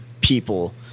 people